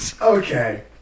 Okay